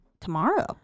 Tomorrow